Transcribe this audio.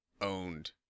owned